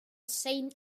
saint